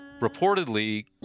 reportedly